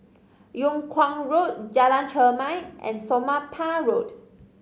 Yung Kuang Road Jalan Chermai and Somapah Road